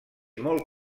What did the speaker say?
molt